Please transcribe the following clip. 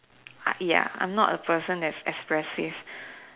I ya I'm not a person that is expressive